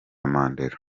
mandela